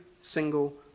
single